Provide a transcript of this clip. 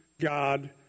god